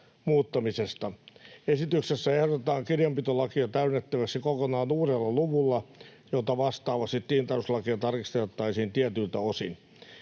muuttamisesta. Esityksessä ehdotetaan kirjanpitolakia täydennettäväksi kokonaan uudella luvulla, jota vastaavasti tilintarkastuslakia tarkistettaisiin tietyiltä osin.